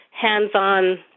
hands-on